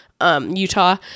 Utah